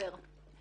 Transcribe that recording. בספטמבר.